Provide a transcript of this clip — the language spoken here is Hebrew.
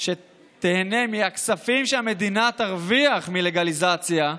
שתיהנה מהכספים שהמדינה תרוויח מלגליזציה,